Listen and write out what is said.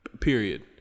period